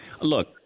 look